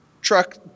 Truck